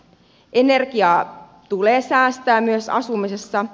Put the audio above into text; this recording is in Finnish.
energiaa tulee säästää myös asumisessa